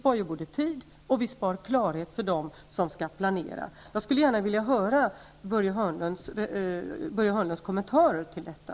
Vi både spar tid och skapar klarhet för dem som skall planera. Jag skulle gärna vilja höra Börje Hörnlunds kommentarer till detta.